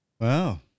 Wow